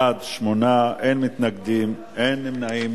בעד, 8, אין מתנגדים, אין נמנעים.